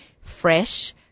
fresh